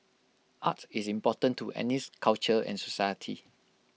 art is important to anything culture and society